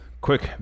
quick